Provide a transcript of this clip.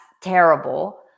terrible